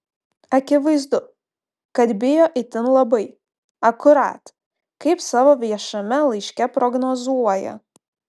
akivaizdu kad bijo itin labai akurat kaip savo viešame laiške prognozuoja